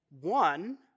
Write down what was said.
One